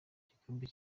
gikombe